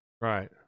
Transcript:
Right